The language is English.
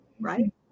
right